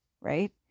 right